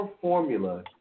formula